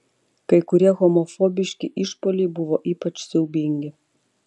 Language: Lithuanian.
kai kurie homofobiški išpuoliai buvo ypač siaubingi